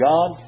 God